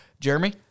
Jeremy